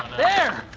there.